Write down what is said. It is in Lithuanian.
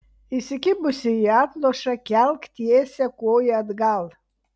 įsikibusi į atlošą kelk tiesią koją atgal